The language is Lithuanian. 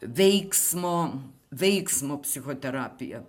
veiksmo veiksmo psichoterapiją